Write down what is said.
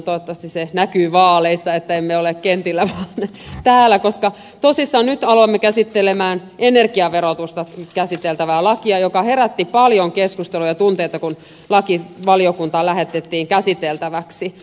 toivottavasti se näkyy vaaleissa että emme ole kentillä vaan täällä koska tosissaan nyt aloimme käsitellä energiaverotusta koskevaa lakia joka herätti paljon keskustelua ja tunteita kun laki valiokuntaan lähetettiin käsiteltäväksi